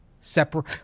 separate